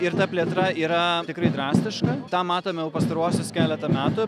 ir ta plėtra yra tikrai drastiška tą matome jau pastaruosius keletą metų